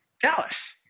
Dallas